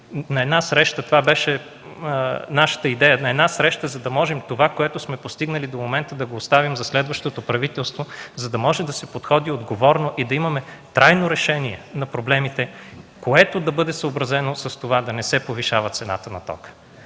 на една среща – това беше нашата идея, за да можем това, което сме постигнали до момента да го оставим за следващото правителство, за да може да се подходи отговорно и да имаме трайно решение на проблемите, което да бъде съобразено с това да не се повишава цената на тока,